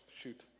Shoot